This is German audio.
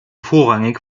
vorrangig